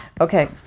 Okay